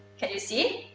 can you see?